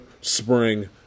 spring